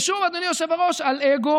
ושוב, אדוני היושב-ראש, על אגו